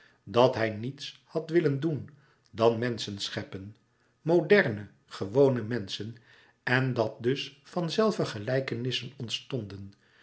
dat hij niets had willen doen dan menschen scheppen moderne gewone menschen en dat dus van zelve gelijkenissen ontstonden